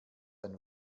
ein